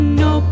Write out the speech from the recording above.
no